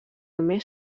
més